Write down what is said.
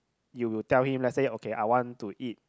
you will tell him let's say okay I want to eat